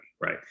right